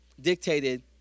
dictated